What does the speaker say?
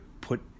put